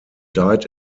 died